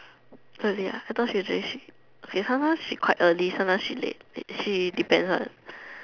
really I thought usually she okay sometimes she quite early sometimes she late she depends one